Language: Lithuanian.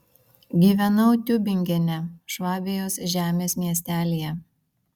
gyvenau tiubingene švabijos žemės miestelyje